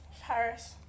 Paris